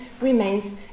remains